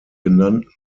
genannten